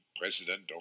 President